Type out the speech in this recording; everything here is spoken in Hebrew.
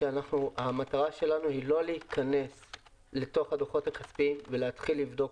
המטרה שלנו היא לא להיכנס אל תוך הדוחות הכספיים ולהתחיל לבדוק